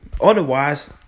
Otherwise